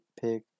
pick